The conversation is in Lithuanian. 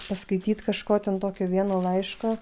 paskaityt kažko ten tokio vieno laiško